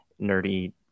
nerdy